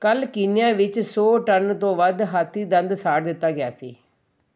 ਕੱਲ੍ਹ ਕੀਨੀਆ ਵਿੱਚ ਸੌ ਟਨ ਤੋਂ ਵੱਧ ਹਾਥੀ ਦੰਦ ਸਾੜ ਦਿੱਤਾ ਗਿਆ ਸੀ